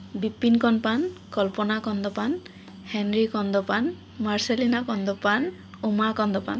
Bipin Kandapan Kalpana Kandapan Henry Kandapan Marcelina Kandapan Uma Kandapan